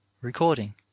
recording